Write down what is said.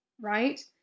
right